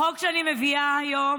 את החוק אני מביאה היום